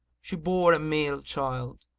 she bore a male child,